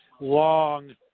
long